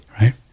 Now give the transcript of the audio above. right